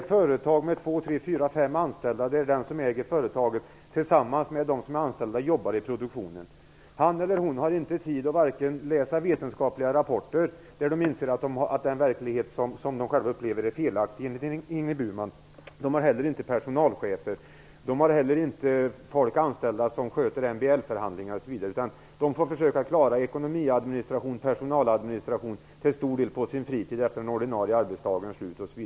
Det är företag med 2-5 anställda där den som äger företaget jobbar i produktionen tillsammans med de anställda. Han eller hon har inte tid att läsa vetenskapliga rapporter där det står att den verklighet som de själva upplever är felaktig, enligt Ingrid Burman. De har inte heller personalchefer, folk som sköter MBL-förhandlingar osv. De får till stor del försöka att klara ekonomiadministration och personaladministration på sin fritid efter den ordinarie arbetsdagens slut.